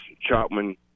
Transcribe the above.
Chapman